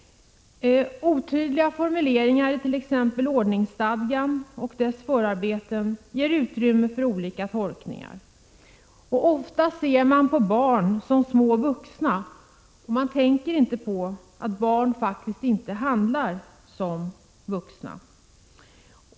Otydliga formuleringar i t.ex. ordningsstadgan och dess förarbeten ger utrymme för olika tolkningar. Ofta ser man på barn som små vuxna och tänker inte på att de faktiskt inte handlar som vuxna.